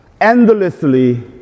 endlessly